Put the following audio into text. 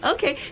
Okay